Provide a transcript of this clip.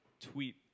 tweet